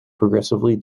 progressively